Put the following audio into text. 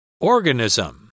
Organism